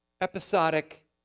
episodic